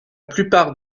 plupart